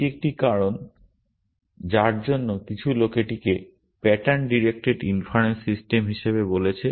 এটি একটি কারণ যার জন্য কিছু লোক এটিকে প্যাটার্ন ডিরেক্টেড ইনফারেন্স সিস্টেম হিসাবে বলেছে